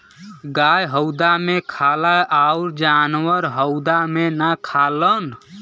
गाय हउदा मे खाला अउर जानवर हउदा मे ना खालन